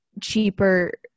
cheaper